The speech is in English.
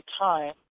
time